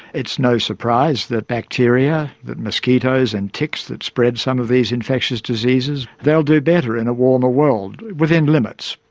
it's no surprise that bacteria, that mosquitoes and ticks that spread some of these infectious diseases, they'll do better in a warmer world, within limits.